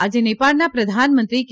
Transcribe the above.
આજે નેપાળના પ્રધાનમંત્રી કે